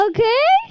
Okay